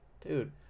Dude